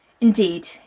Indeed